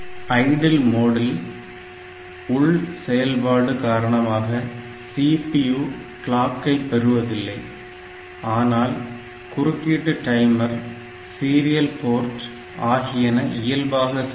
idle மோடில் உள் செயல்பாடு காரணமாக CPU கிளாக்கை பெறுவதில்லை ஆனால் குறுக்கீட்டு டைமர் சீரியல் போர்ட் ஆகியன இயல்பாக செயல்படும்